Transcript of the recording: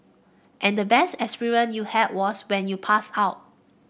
and the best experience you had was when you passed out